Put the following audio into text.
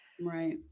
Right